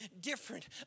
different